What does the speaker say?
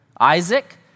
Isaac